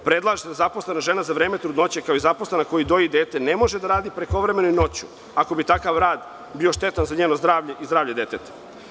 Predlaže se da se zaposlena žena za vreme trudnoće, kao i zaposlena koja doji dete, ne može da radi prekovremeno i noću, ako bi takav rad bio štetan za njeno zdravlje i zdravlje deteta.